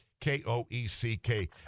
K-O-E-C-K